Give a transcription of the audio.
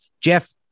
Jeff